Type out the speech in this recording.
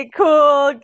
cool